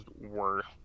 worth